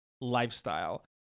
lifestyle